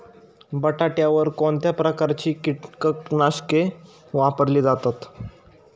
बटाट्यावर कोणत्या प्रकारची कीटकनाशके वापरली जातात?